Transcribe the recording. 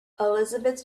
elizabeth